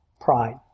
Pride